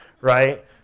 right